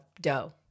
dough